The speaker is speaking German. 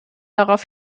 darauf